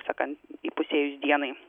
sakan įpusėjus dienai